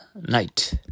night